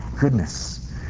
goodness